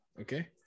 Okay